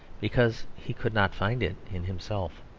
because he could not find it in himself.